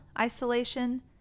isolation